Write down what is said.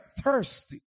thirsty